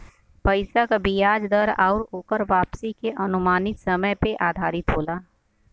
पइसा क बियाज दर आउर ओकर वापसी के अनुमानित समय पे आधारित होला